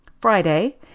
Friday